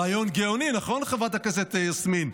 רעיון גאוני, נכון, חברת הכנסת יסמין?